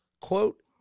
quote